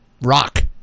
rock